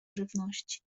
żywności